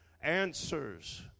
Answers